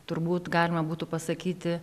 turbūt galima būtų pasakyti